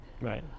Right